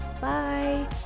bye